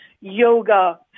yoga